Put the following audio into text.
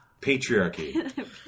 Patriarchy